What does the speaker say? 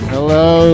Hello